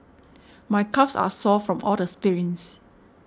my calves are sore from all the sprints